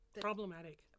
Problematic